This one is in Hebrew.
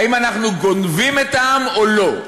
האם אנחנו גונבים את העם או לא.